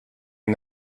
and